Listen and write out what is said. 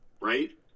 Right